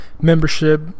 membership